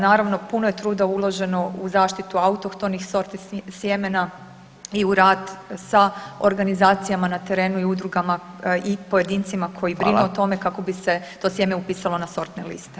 Naravno puno je truda uloženo u zaštitu autohtonih sorti sjemena i u rad sa organizacijama na terenu i udrugama i pojedincima koji brinu o tome kako bi se to sjeme upisalo na sortne liste.